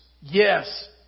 yes